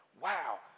Wow